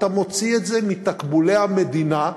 אתה מוציא את זה מתקבולי המדינה,